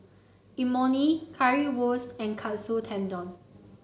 Imoni Currywurst and Katsu Tendon